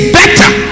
better